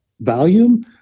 volume